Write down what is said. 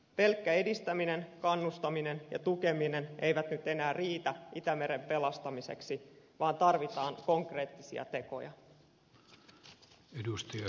pelkkä edistäminen kannustaminen ja tukeminen eivät nyt enää riitä itämeren pelastamiseksi vaan tarvitaan konkreettisia tekoja